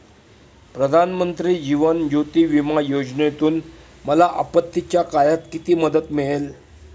प्रधानमंत्री जीवन ज्योती विमा योजनेतून मला आपत्तीच्या काळात किती मदत मिळेल?